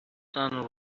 sun